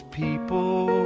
people